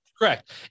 Correct